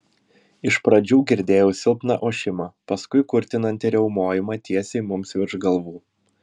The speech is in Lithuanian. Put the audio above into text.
iš pradžių girdėjau silpną ošimą paskui kurtinantį riaumojimą tiesiai mums virš galvų